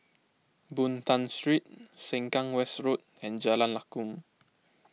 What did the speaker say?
Boon Tat Street Sengkang West Road and Jalan Lakum